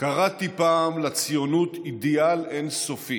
"קראתי פעם לציונות אידיאל אין-סופי,